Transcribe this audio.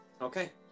Okay